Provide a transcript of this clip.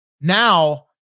Now